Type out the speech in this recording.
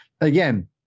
again